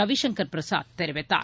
ரவிசங்கர் பிரசாத் தெரிவித்தார்